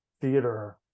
theater